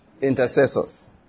Intercessors